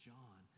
John